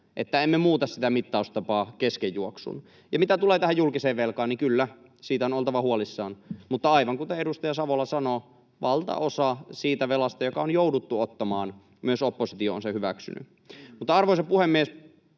ettemme muuta mittaustapaa kesken juoksun. Ja mitä tulee tähän julkiseen velkaan, niin kyllä, siitä on oltava huolissaan. Mutta aivan kuten edustaja Savola sanoo, valtaosan siitä velasta, joka on jouduttu ottamaan, on myös oppositio hyväksynyt. Mutta, arvoisa puhemies,